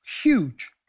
Huge